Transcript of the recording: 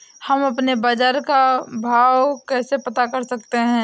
हम अपने बाजार का भाव कैसे पता कर सकते है?